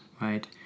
right